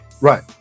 Right